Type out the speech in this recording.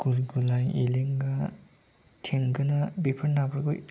गुरगुलाय एलेंगा थेंगोना बेफोर नाफोरखौ